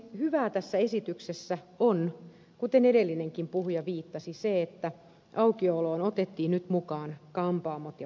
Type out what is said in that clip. hyvää tässä esityksessä on kuten edellinenkin puhuja viittasi se että aukioloon otettiin nyt mukaan kampaamot ja parturit